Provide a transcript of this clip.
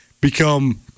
become